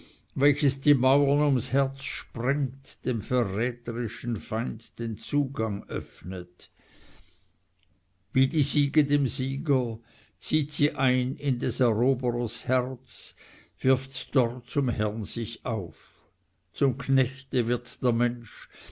welches die mauern ums herz sprengt dem verräterischen feind den zugang öffnet wie die siege dem sieger zieht sie ein in des eroberers herz wirft dort zum herrn sich auf zum knechte wird der mensch